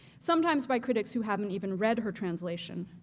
sometimes by critics who haven't even read her translation.